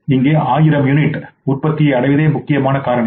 எனவே இங்கே 1000 யூனிட் உற்பத்தியை அடைவதே முக்கியமான காரணி